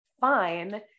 fine